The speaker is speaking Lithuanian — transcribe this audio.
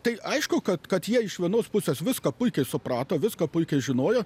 tai aišku kad kad jie iš vienos pusės viską puikiai suprato viską puikiai žinojo